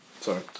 sorry